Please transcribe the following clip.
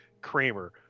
Kramer –